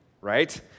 right